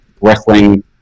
wrestling